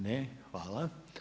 Ne. hvala.